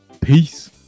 peace